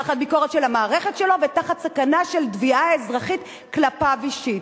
תחת ביקורת של המערכת שלו ותחת סכנה של תביעה אזרחית כלפיו אישית.